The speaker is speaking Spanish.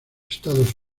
estados